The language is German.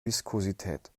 viskosität